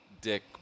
dick